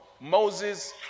Moses